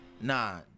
nah